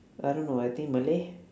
I don't know I think malay